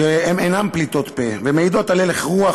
אינן פליטות פה אלא מעידות על הלך הרוח